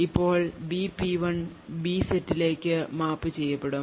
ഇപ്പോൾ Bp1 B സെറ്റിലേക്ക് map ചെയ്യപ്പെടും